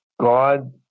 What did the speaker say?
God